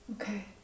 Okay